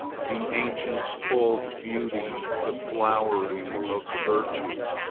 the ancients called beauty the flowering of virtue.